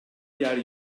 yer